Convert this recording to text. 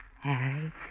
Harry